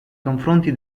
confronti